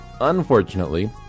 Unfortunately